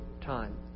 time